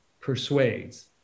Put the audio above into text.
persuades